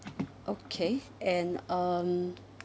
okay and um